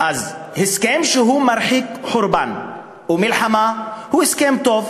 אז הסכם שמרחיק חורבן ומלחמה הוא הסכם טוב.